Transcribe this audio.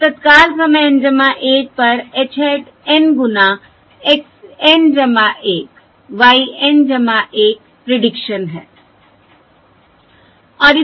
तो तत्काल समय N 1 पर h hat N गुना x N 1y N 1 prediction है